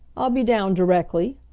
i'll be down directly,